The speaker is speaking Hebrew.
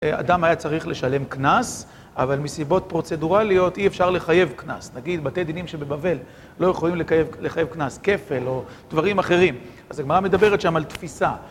אדם היה צריך לשלם קנס, אבל מסיבות פרוצדורליות אי אפשר לחייב קנס. נגיד בתי דינים שבבבל לא יכולים לחייב קנס, כפל או דברים אחרים. אז הגמרא מדברת שם על תפיסה.